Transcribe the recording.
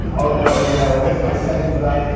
oh no, you know, is my settings right?